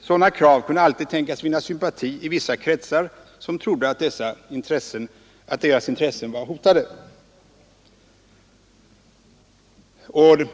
Sådana krav kunde alltid tänkas vinna sympati i vissa kretsar som trodde att deras intressen var hotade.